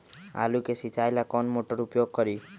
आलू के सिंचाई ला कौन मोटर उपयोग करी?